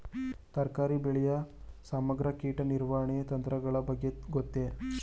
ತರಕಾರಿ ಬೆಳೆಯ ಸಮಗ್ರ ಕೀಟ ನಿರ್ವಹಣಾ ತಂತ್ರಗಳ ಬಗ್ಗೆ ಗೊತ್ತೇ?